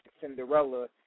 Cinderella